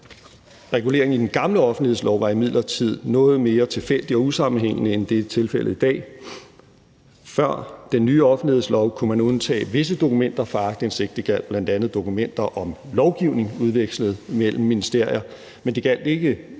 Reguleringen i den gamle offentlighedslov var imidlertid noget mere tilfældig og usammenhængende, end det er tilfældet i dag. Før den nye offentlighedslov kunne man undtage visse dokumenter fra aktindsigt. Det gjaldt bl.a. dokumenter om lovgivning udvekslet mellem ministerier, men det gjaldt ikke